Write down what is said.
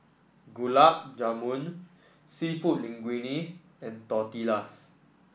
Gulab Jamun seafood Linguine and Tortillas